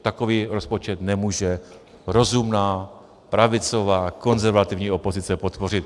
Takový rozpočet nemůže rozumná pravicová konzervativní opozice podpořit.